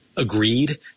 agreed